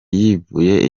yivuye